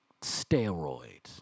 steroids